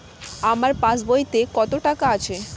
আমার পাস বইতে কত টাকা আছে?